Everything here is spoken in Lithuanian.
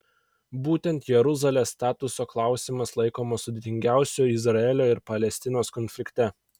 būtent jeruzalės statuso klausimas laikomas sudėtingiausiu izraelio ir palestinos konflikte